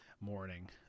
morning